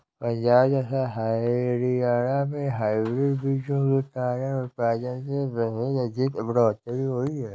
पंजाब तथा हरियाणा में हाइब्रिड बीजों के कारण उत्पादन में बहुत अधिक बढ़ोतरी हुई